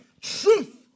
Truth